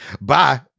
bye